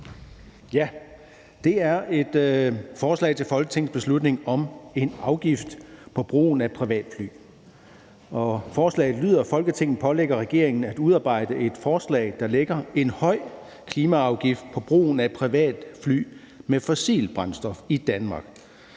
Det er et forslag til folketingsbeslutning om en afgift på brugen af privatfly, og forslaget lyder: »Folketinget pålægger regeringen at udarbejde et forslag, der lægger en høj klimaafgift på brugen af privatfly med fossilt brændstof i Danmark,